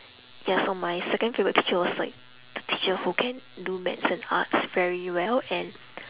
ya so my second favourite teacher was like the teacher who can do maths and arts very well and